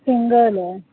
single आहे